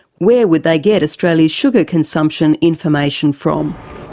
where would they get australia's sugar consumption information from?